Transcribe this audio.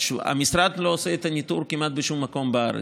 המשרד לא עושה את הניטור כמעט בשום מקום בארץ.